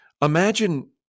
Imagine